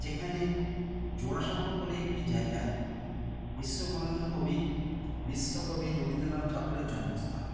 যেখানে জোড়াসাঁকো বলে একটি জায়গায় বিশ্ববরেণ্য কবি বিশ্বকবি রবীন্দ্রনাথ ঠাকুরের জন্মস্থান